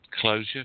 closure